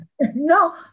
No